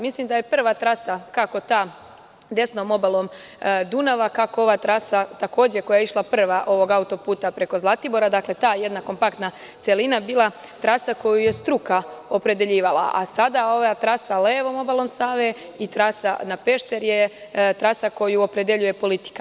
Mislim da je prva trasa kako ta desnom obalom Dunava, kako ova trasa koja je takođe išla prva ovog autoputa preko Zlatibora, dakle, ta jedna kompaktna celina je bila trasa koju je struka opredeljivala, a sada ova trasa levom obalom Save i trasa na Pešteri je trasa koju opredeljuje politika.